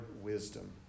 wisdom